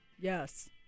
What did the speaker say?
yes